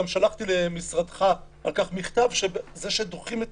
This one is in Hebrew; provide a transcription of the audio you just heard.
גם שלחתי מכתב למשרדך על כך שזה שדוחים את